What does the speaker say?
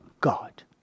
God